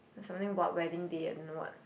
something what wedding day I don't know what